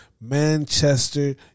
Manchester